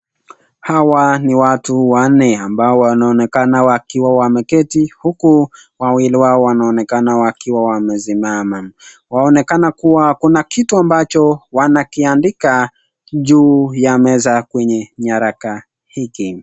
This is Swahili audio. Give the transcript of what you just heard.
Hawa ni watu wanne ambao wanaonekana wakiwa wameketi huku wawili wao wanaonekana wakiwa wamesimama, waonekana kuwa kuna kitu ambacho wanakiandika juu ya meza kwenye nyaraka hiki.